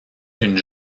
une